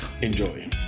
Enjoy